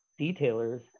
detailers